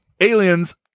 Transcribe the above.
aliens